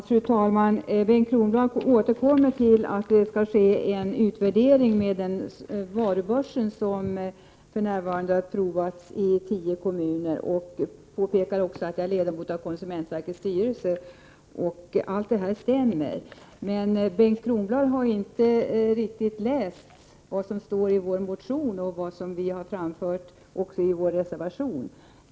Fru talman! Bengt Kronblad återkommer till att det skall ske en utvärdering av varubörsen, som för närvarande provas i tio kommuner. Han påpekar också att jag är ledamot av konsumentverkets styrelse. Allt det här stämmer. Men Bengt Kronblad har inte riktigt läst vad som står i vår motion och vad vi har framfört i vår reservation.